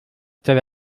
zelle